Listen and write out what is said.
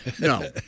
No